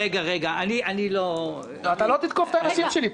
אתה לא תתקוף את האנשים שלי פה.